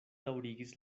daŭrigis